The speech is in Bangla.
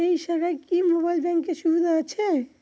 এই শাখায় কি মোবাইল ব্যাঙ্কের সুবিধা আছে?